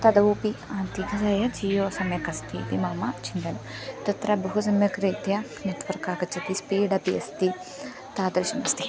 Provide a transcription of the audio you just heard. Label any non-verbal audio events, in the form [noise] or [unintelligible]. ततोपि अधिकतया [unintelligible] जियो सम्यगस्ति इति मम चिन्तनं तत्र बहु सम्यक् रीत्या नेट्वर्क् आगच्छति स्पीडपि अस्ति तादृशमस्ति